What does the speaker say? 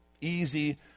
easy